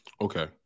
Okay